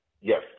Yes